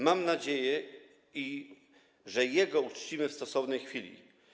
Mam nadzieję, że jego uczcimy w stosownej chwili.